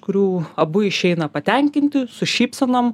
kurių abu išeina patenkinti su šypsenom